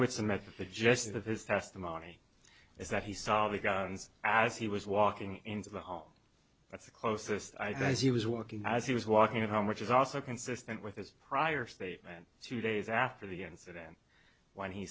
submit the suggestions of his testimony is that he saw the guns as he was walking into the hall that's the closest i think is he was walking as he was walking home which is also consistent with his prior statement two days after the incident when he